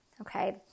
okay